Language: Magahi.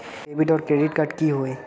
डेबिट आर क्रेडिट कार्ड की होय?